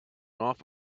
off